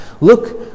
Look